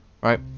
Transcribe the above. right